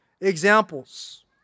examples